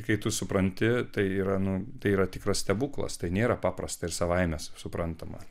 kai tu supranti tai yra nu tai yra tikras stebuklas tai nėra paprasta ir savaime suprantama